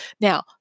Now